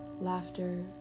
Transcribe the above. laughter